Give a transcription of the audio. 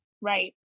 Right